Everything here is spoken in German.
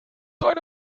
eine